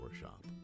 Shop